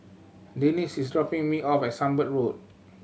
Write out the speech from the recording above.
Denese is dropping me off at Sunbird Road